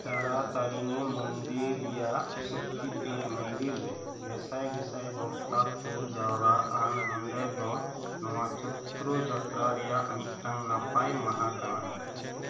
ᱛᱟᱨᱟᱛᱟᱨᱤᱱᱤ ᱢᱚᱱᱫᱤᱨ ᱨᱮᱭᱟᱜ ᱥᱚᱠᱛᱤᱯᱤᱴ ᱢᱚᱱᱫᱤᱨ ᱨᱮ ᱜᱮᱥᱟᱭ ᱜᱮᱥᱟᱭ ᱵᱚᱠᱛᱟ ᱠᱚ ᱡᱟᱣᱨᱟᱜᱼᱟ ᱱᱚᱸᱰᱮ ᱫᱚ ᱱᱚᱣᱟ ᱪᱚᱛᱨᱚ ᱡᱟᱛᱨᱟ ᱨᱮᱭᱟᱜ ᱢᱤᱫ ᱴᱟᱝ ᱱᱟᱯᱟᱭ ᱢᱟᱦᱟ ᱠᱟᱱᱟ